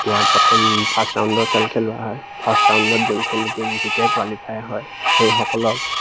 এতিয়া প্ৰথম ফাৰ্ষ্ট ৰাউণ্ডৰ খেল খেলোৱা হয় ফাৰ্ষ্ট ৰাউণ্ডত যোনখিনি টীম জিকে কোৱালিফাই হয় সেইসকলৰ